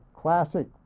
classic